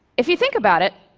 if you think about it,